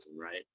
right